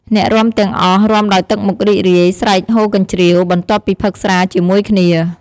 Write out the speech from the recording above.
អ្នករាំទាំងអស់ រាំដោយទឹកមុខរីករាយ ស្រែកហ៊ោកញ្ជ្រៀវ បន្ទាប់ពីផឹកស្រាជាមួយគ្នា។